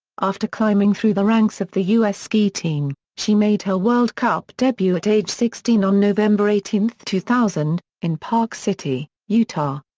after climbing through the ranks of the u s. ski team, she made her world cup debut at age sixteen on november eighteen, two thousand, in park city, utah.